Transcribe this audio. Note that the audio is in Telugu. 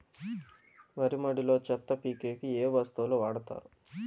వరి మడిలో చెత్త పీకేకి ఏ వస్తువులు వాడుతారు?